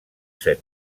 set